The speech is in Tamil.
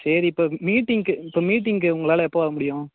சரி இப்போ மீட்டிங்குக்கு இப்போ மீட்டிங்குக்கு உங்களால் எப்போ வர முடியும்